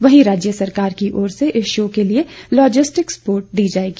वहीं राज्य सरकार की ओर से इस शो के लिए लॉजिस्टिक सपोर्ट दी जाएगी